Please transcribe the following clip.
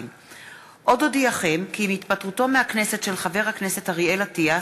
מצנע, פנינה תמנו-שטה,